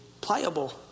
pliable